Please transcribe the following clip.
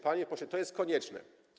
Panie pośle, to jest konieczne.